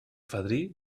fadrí